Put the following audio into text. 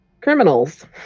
criminals